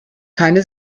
keine